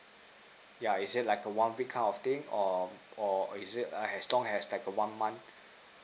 yeah is there like a one week kind of thing or or is it as long as like a one month